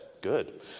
Good